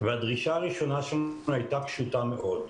והדרישה הראשונה שלנו הייתה פשוטה מאוד: